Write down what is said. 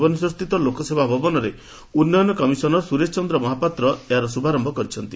ଭୁବନେଶ୍ୱରସ୍ଥିତ ଲୋକସେବା ଭବନରେ ଉନ୍ନୟନ କମିଶନର ସୁରେଶ ଚନ୍ଦ ମହାପାତ୍ର ଏହାର ଶୁଭାରମ୍ଠ କରିଛନ୍ତି